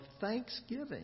thanksgiving